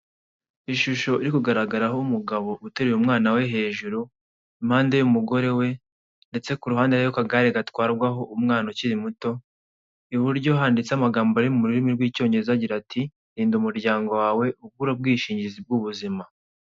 Ishusho iri kugaragaraho umugabo utereye umwana we hejuru, impande y'umugore we ndetse ku ruhande hariho akagare gatwarwaho umwana ukiri muto, iburyo handitse amagambo ari mu rurimi rw'icyongereza agira ati;" Rinda umuryango wawe ugura ubwishingizi bw'ubuzima."